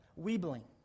weebling